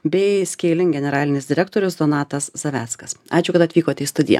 bei skaylink generalinis direktorius donatas zaveckas ačiū kad atvykote į studiją